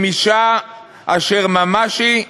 עם אישה אשר ממש היא,